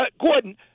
Gordon